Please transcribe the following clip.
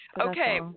Okay